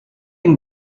and